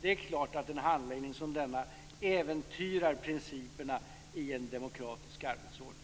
Det är klart att en handläggning som denna äventyrar principerna i en demokratisk arbetsordning.